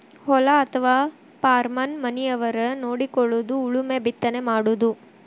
ಹೊಲಾ ಅಥವಾ ಪಾರ್ಮನ ಮನಿಯವರ ನೊಡಕೊಳುದು ಉಳುಮೆ ಬಿತ್ತನೆ ಮಾಡುದು